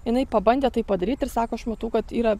jinai pabandė tai padaryt ir sako aš matau kad yra